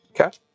Okay